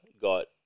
got